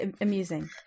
amusing